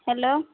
hello